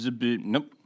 Nope